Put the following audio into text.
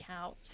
out